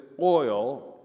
oil